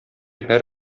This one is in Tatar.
һәр